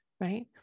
right